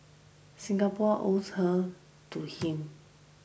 Singapore owes her to him